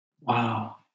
Wow